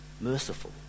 merciful